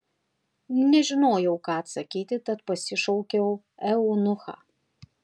nežinojau ką atsakyti tad pasišaukiau eunuchą